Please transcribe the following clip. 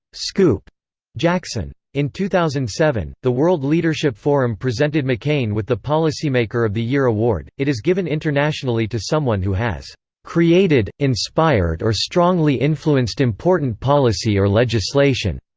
scoop jackson. in two thousand and seven, the world leadership forum presented mccain with the policymaker of the year award it is given internationally to someone who has created, inspired or strongly influenced important policy or legislation.